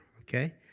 okay